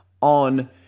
on